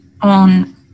on